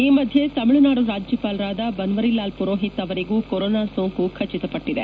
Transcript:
ಈ ಮಧ್ಯೆ ತಮಿಳುನಾಡು ರಾಜ್ಯಪಾಲರಾದ ಬನ್ವರಿಲಾಲ್ ಪುರೋಹಿತ್ ಅವರಿಗೆ ಕೊರೊನಾ ಸೋಂಕು ಖಚಿತಪಟ್ಷಿದೆ